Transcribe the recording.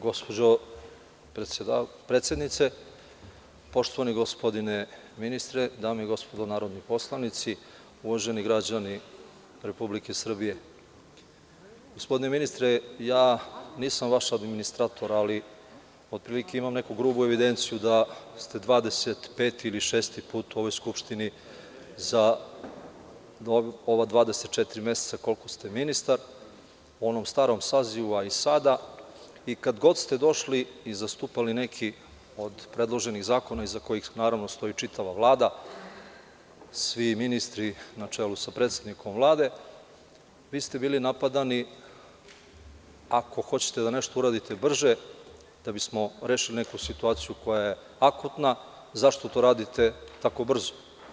Gospođo predsednice, poštovani gospodine ministre, dame i gospodo narodni poslanici, uvaženi građani Republike Srbije, gospodine ministre, nisam vaš administrator ali otprilike imam neku grubu evidenciju da ste 25 ili 26 put u ovoj Skupštini za ova 24 meseca koliko ste ministar u onom starom sazivu a i sada i kad god ste došli i zastupali neki od predloženih zakona, iza kojih naravno stoji čitava Vlada, svi ministri na čelu sa predsednikom Vlade, vi ste bili napadani ako hoćete da nešto uradite brže da bismo rešili neku situaciju koja je akutna zašto to radite tako brzo.